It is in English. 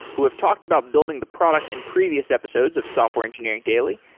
who have talked about building the product in previous episodes of software engineering daily,